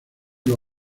los